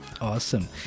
Awesome